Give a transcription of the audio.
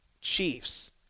Chiefs